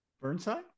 Burnside